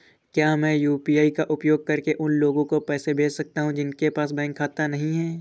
क्या मैं यू.पी.आई का उपयोग करके उन लोगों को पैसे भेज सकता हूँ जिनके पास बैंक खाता नहीं है?